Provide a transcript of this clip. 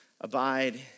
Abide